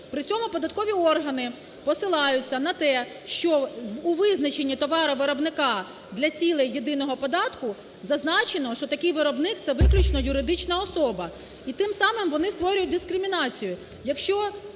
При цьому податкові органи посилаються на те, що у визначенні товаровиробника для цілей єдиного податку зазначено, що такий виробник – це виключно юридична особа. І тим самим вони створюють дискримінацію.